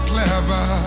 Clever